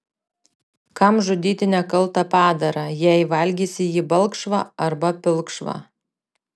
kam žudyti nekaltą padarą jei valgysi jį balkšvą arba pilkšvą